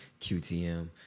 QTM